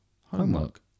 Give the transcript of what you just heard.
Homework